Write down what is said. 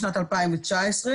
בשנת 2019